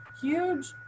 huge